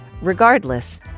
Regardless